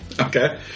Okay